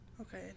Okay